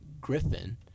griffin